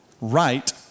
right